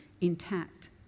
intact